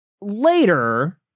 later